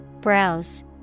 Browse